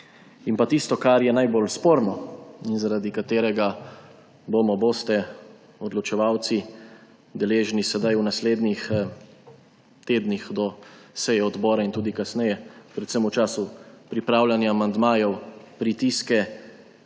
in pa tisto, kar je najbolj sporno in zaradi katerega boste odločevalci deležni sedaj v naslednjih tednih do seje odbora in tudi kasneje, predvsem v času pripravljanja amandmajev, pritiske,